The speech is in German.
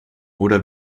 oder